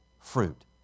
fruit